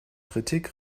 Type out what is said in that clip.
kritik